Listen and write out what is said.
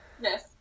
Yes